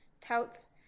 touts